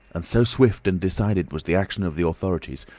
and so swift and decided was the action of the authorities,